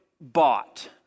bought